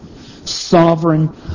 sovereign